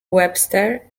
webster